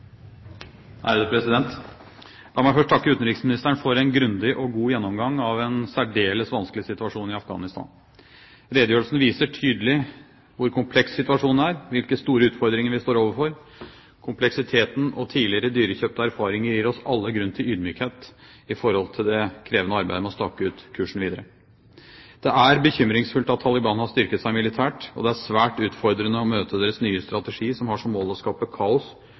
tidligere dyrekjøpte erfaringer gir oss alle grunn til ydmykhet med tanke på det krevende arbeidet med å stake ut kursen videre. Det er bekymringsfullt at Taliban har styrket seg militært, og det er svært utfordrende å møte deres nye strategi som har som mål å skape kaos,